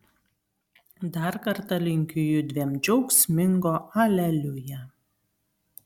dar kartą linkiu judviem džiaugsmingo aleliuja